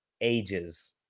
Ages